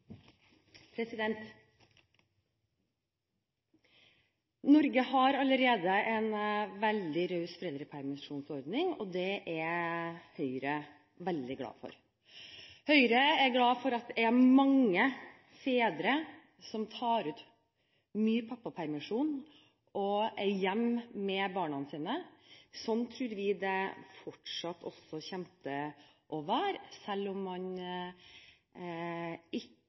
barn. Norge har allerede en veldig raus foreldrepermisjonsordning. Det er Høyre veldig glad for. Høyre er glad for at det er mange fedre som tar ut mye pappapermisjon og er hjemme med barna sine. Slik tror vi det fortsatt kommer til å være, selv om man